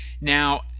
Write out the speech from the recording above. Now